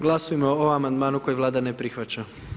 Glasujmo o amandmanu kojeg Vlada ne prihvaća.